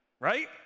Right